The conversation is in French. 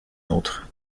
autre